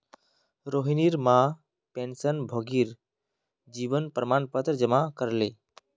रोहिणीर मां पेंशनभोगीर जीवन प्रमाण पत्र जमा करले